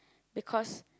because